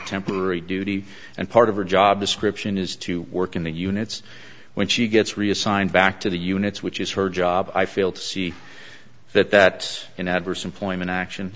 temporary duty and part of her job description is to work in the units when she gets reassigned back to the units which is her job i fail to see that that an adverse employment action